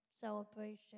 celebration